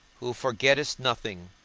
who forgettest nothing,